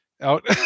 out